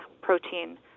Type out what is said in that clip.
protein